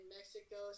Mexico